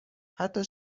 حتی